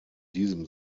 diesem